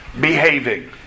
behaving